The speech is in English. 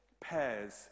pairs